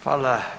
Hvala.